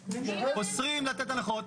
אוסרים לתת הנחות.